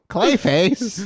Clayface